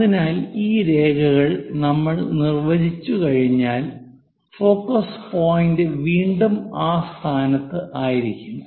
അതിനാൽ ഈ രേഖകൾ നമ്മൾ നിർവ്വചിച്ചുകഴിഞ്ഞാൽ ഫോക്കസ് പോയിൻറ് വീണ്ടും ആ സ്ഥാനത്ത് ആയിരിക്കും